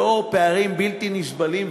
לאור פערים בלתי נסבלים,